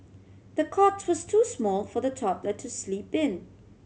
the cot was too small for the toddler to sleep in